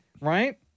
right